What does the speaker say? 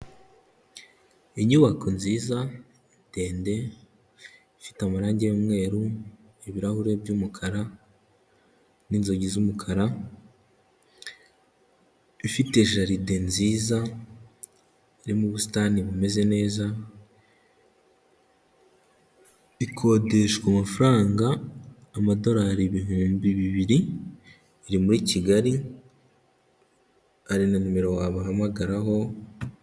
Inyubako nziza ndende ifite amarangi yu'mweru, ibirahure by'umukara, n'inzugi z'umukara, ifite jaride nziza irimo busitani bumeze neza, ikodeshwa amafaranga amadolari ibihumbi bibiri, iri muri Kigali, hari na nimero wabahamagararaho.